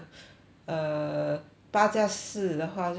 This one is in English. err 八加四然后他就十二个钟